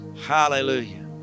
Hallelujah